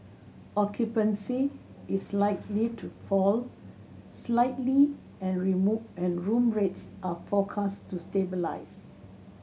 occupancy is likely to fall slightly and and room rates are forecast to stabilize